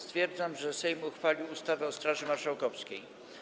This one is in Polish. Stwierdzam, że Sejm uchwalił ustawę o Straży Marszałkowskiej.